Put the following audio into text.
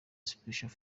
special